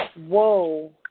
whoa